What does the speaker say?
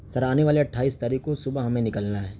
سر آنے والے اٹھائیس تاریخ کو صبح ہمیں نکلنا ہے